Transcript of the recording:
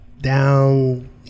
down